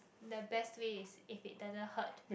the best way is if it doesn't hurt